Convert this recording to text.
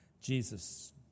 Jesus